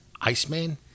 Iceman